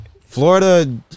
Florida